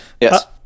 Yes